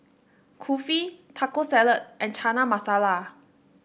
Kulfi Taco Salad and Chana Masala